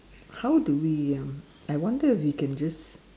how do we um I wonder if we can just